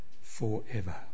forever